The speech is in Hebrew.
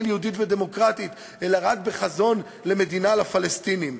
יהודית ודמוקרטית אלא רק בחזון למדינה לפלסטינים?